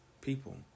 people